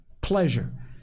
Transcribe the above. pleasure